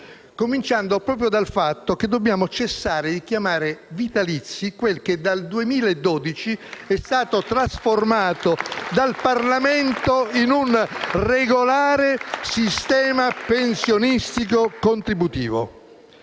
cominciando proprio dal fatto che dobbiamo cessare di chiamare vitalizi quello che dal 2012 è stato trasformato dal Parlamento in un regolare sistema pensionistico contributivo.